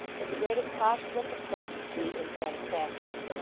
with the greatest possible complacency and satisfaction.